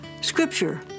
Scripture